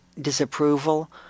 disapproval